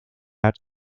out